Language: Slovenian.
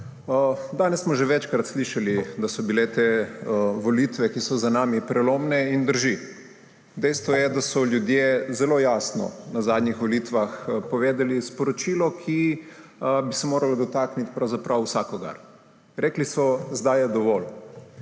Danes smo že večkrat slišali, da so bile te volitve, ki so za nami, prelomne in [to] drži. Dejstvo je, da so ljudje zelo jasno na zadnjih volitvah povedali sporočilo, ki bi se moralo dotakniti pravzaprav vsakogar. Rekli so, zdaj je dovolj.